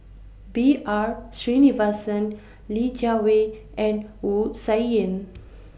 B R Sreenivasan Li Jiawei and Wu Tsai Yen